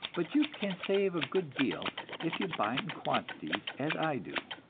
but you can save a good deal if you buy it in quantities, as i do.